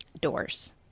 doors